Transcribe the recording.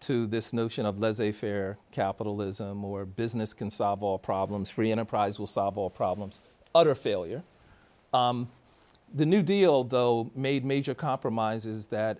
to this notion of laissez faire capitalism or business can solve all problems free enterprise will solve all problems other failure the new deal though made major compromises that